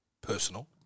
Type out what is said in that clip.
Personal